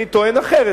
אני טוען אחרת,